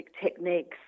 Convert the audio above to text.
techniques